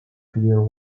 clear